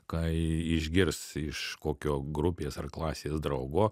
kai išgirs iš kokio grupės ar klasės draugo